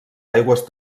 aigües